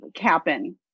happen